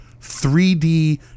3D